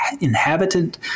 inhabitant